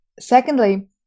Secondly